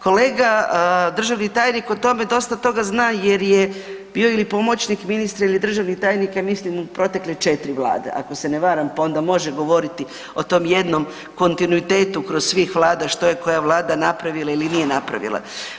Kolega državni tajnik o tome dosta toga zna jer je bio ili pomoćnik ministra ili državni tajnik ja mislim u protekle 4 vlade ako se ne varam pa onda može govoriti o tom jednom kontinuitetu kroz svih vlada što je koja vlada napravila ili nije napravila.